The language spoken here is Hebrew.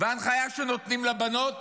וההנחיה שנותנים לבנות: